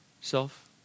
self